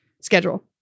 schedule